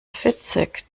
fitzek